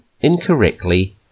incorrectly